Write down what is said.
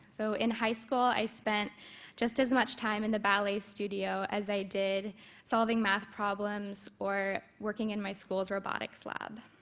so in high school i spent just as much time in the ballet studio as i did solving math problems or working in my school's robotics lab.